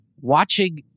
watching